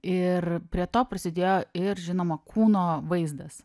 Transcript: ir prie to prisidėjo ir žinoma kūno vaizdas